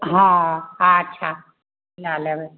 हँ अच्छा लए लेबै